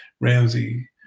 Ramsey